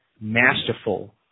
masterful